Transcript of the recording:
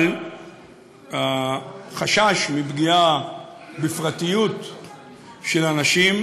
אבל החשש מפגיעה בפרטיות של אנשים